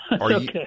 Okay